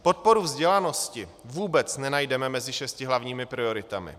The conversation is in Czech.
Podporu vzdělanosti vůbec nenajdeme mezi šesti hlavními prioritami.